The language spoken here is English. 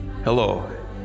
Hello